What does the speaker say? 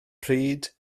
pryd